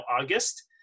August